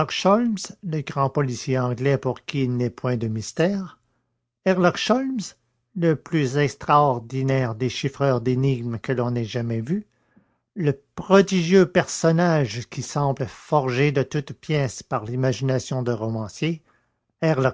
le grand policier anglais pour qui il n'est point de mystère herlock sholmès le plus extraordinaire déchiffreur d'énigmes que l'on ait jamais vu le prodigieux personnage qui semble forgé de toutes pièces par l'imagination d'un romancier